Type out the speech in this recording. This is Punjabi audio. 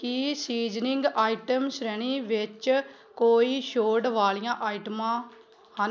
ਕੀ ਸੀਜ਼ਨਿੰਗ ਆਈਟਮ ਸ਼੍ਰੇਣੀ ਵਿੱਚ ਕੋਈ ਛੋਟ ਵਾਲੀਆਂ ਆਈਟਮਾਂ ਹਨ